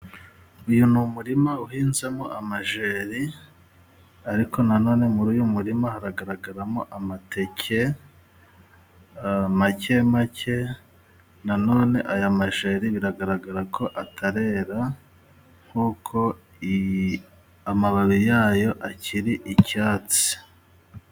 Uyu ni umurima uhinzemo amajeri, ariko nanone muri uyu murima hagaragaramo amateke a make make, nanone aya majeri biragaragara ko atarera, nkuko i... amababi yayo akiri icyatsi.